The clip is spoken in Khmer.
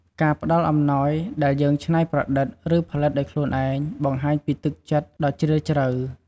ការផ្តល់អំណោយដែលយើងច្នៃប្រឌិត ឬផលិតដោយខ្លួនឯង បង្ហាញពីទឹកចិត្តដ៏ជ្រាលជ្រៅ។